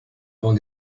avant